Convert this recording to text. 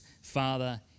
Father